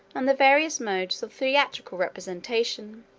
and the various modes of theatrical representation.